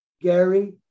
Gary